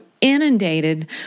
inundated